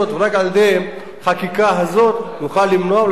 ורק על-ידי החקיקה הזאת נוכל למנוע ולשים